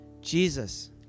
Jesus